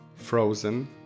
Frozen